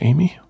Amy